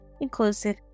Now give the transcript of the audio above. inclusive